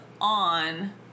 On